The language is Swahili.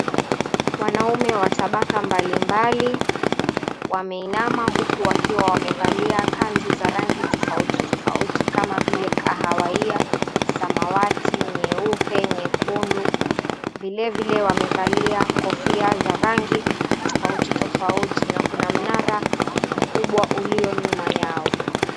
Wanaume wa tabaka mbalimbali, wameinama huku wakiwa wamevalia kanzu za rangi tofauti tofauti. Kama vile; kahawahia, samawati, nyeupe, nyekundu. Vile vile, wamevalia kofia za rangi tofauti tofauti. Na kuna mnara mkubwa ulio nyuma yao.